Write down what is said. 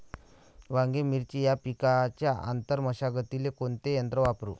वांगे, मिरची या पिकाच्या आंतर मशागतीले कोनचे यंत्र वापरू?